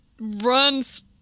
runs